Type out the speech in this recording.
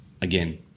Again